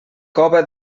cova